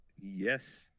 Yes